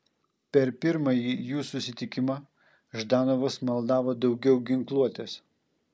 per pirmąjį jų susitikimą ždanovas maldavo daugiau ginkluotės